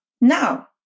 now